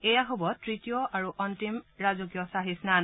এয়া হ'ব তৃতীয় আৰু অন্তিম ৰাজকীয় ছাহি স্নান